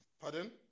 Pardon